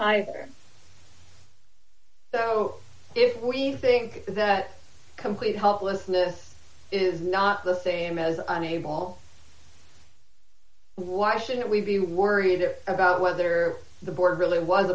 either so if we think that complete helplessness is not the thing as on a ball why shouldn't we be worried about whether the board really was